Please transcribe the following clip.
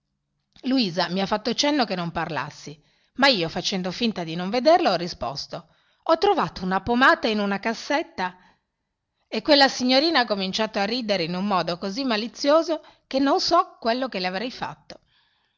luisa mi ha fatto cenno che non parlassi ma io facendo finta di non vederla ho risposto ho trovato una pomata in una cassetta e quella signorina ha cominciato a ridere in un modo così malizioso che non so quello che le avrei fatto